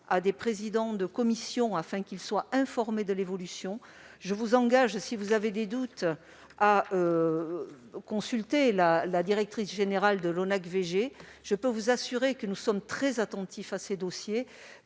aux présidents de commission, afin qu'ils soient informés de cette évolution. Je vous invite, si vous avez des doutes, à consulter la directrice générale de l'ONAC-VG. Je peux vous assurer que nous sommes très attentifs à ces dossiers.